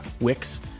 Wix